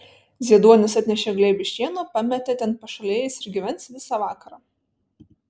zieduonis atnešė glėbį šieno pametė ten pašalėje jis ir gyvens visą vakarą